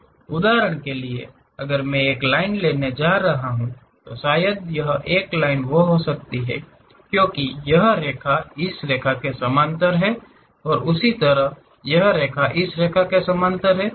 उदाहरण के लिए अगर मैं एक लाइन लेने जा रहा हूं तो शायद यह एक हो सकती है क्योंकि यह रेखा इसके समानांतर है समानांतर उसी तरह यह रेखा इस रेखा के समानांतर है